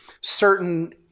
certain